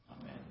Amen